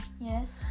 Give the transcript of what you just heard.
Yes